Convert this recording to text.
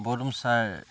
বৰডুমচাৰ